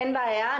אין בעיה.